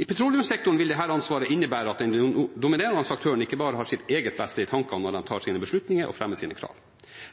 I petroleumssektoren vil dette ansvaret innebære at den dominerende aktøren ikke bare har sitt eget beste i tankene når man tar sine beslutninger og fremmer sine krav.